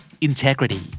integrity